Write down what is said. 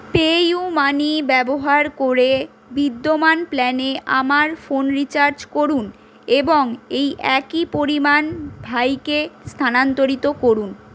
PayUmoney ব্যবহার করে বিদ্যমান প্ল্যানে আমার ফোন রিচার্জ করুন এবং এই একই পরিমাণ ভাইকে স্থানান্তরিত করুন